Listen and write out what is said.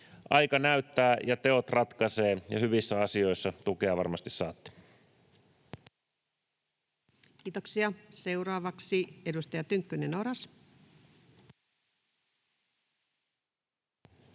aika näyttää ja teot ratkaisevat, ja hyvissä asioissa tukea varmasti saatte. Kiitoksia. — Seuraavaksi edustaja Tynkkynen, Oras.